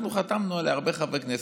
חתמנו עליה הרבה חברי כנסת,